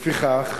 לפיכך,